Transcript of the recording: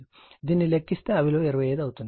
దీన్ని లెక్కిస్తే ఆ విలువ 25 అవుతుంది